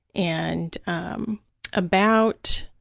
and um about